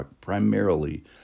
primarily